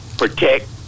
protect